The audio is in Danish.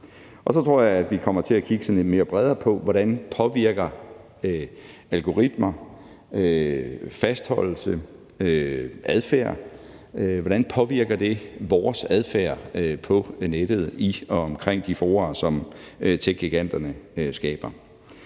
Og så tror jeg, at vi kommer til at kigge sådan lidt mere bredt på, hvordan algoritmer påvirker fastholdelse og adfærd. Altså hvordan påvirker det vores adfærd på nettet i og omkring de fora, som techgiganterne skaber?